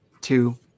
two